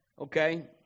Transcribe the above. Okay